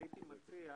אני הייתי מציע,